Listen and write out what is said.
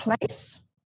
place